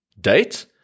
date